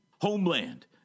Homeland